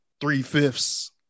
three-fifths